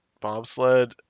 bobsled